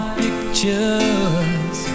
pictures